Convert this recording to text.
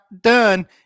done